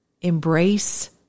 embrace